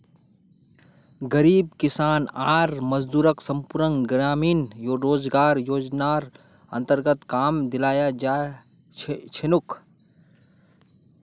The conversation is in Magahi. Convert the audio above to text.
गरीब किसान आर मजदूरक संपूर्ण ग्रामीण रोजगार योजनार अन्तर्गत काम दियाल जा छेक